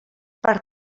per